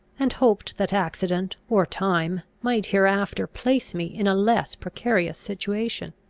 and hoped that accident or time might hereafter place me in a less precarious situation.